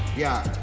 yeah,